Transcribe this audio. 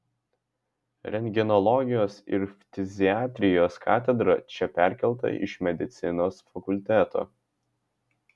rentgenologijos ir ftiziatrijos katedra čia perkelta iš medicinos fakulteto